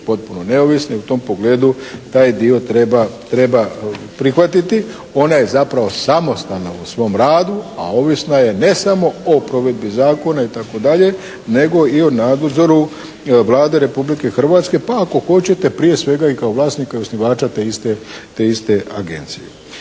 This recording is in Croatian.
potpuno neovisna i u tom pogledu taj dio treba prihvatiti, ona je zapravo samostalna u svom radu, a ovisna je ne samo o provedbi zakona itd., nego i o nadzoru Vlade Republike Hrvatske, pa ako hoćete prije svega i kao vlasnika i osnivača te iste agencije.